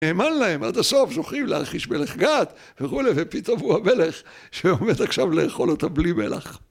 נאמן להם עד הסוף, זוכרים? לאכיש מלך גת וכו'? ופתאום הוא המלך שעומד עכשיו לאכול אותם בלי מלח.